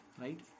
right